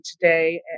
today